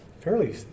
fairly